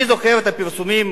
אני זוכר את הפרסומים,